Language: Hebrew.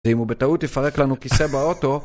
ואם הוא בטעות יפרק לנו כיסא באוטו